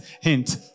hint